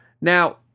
Now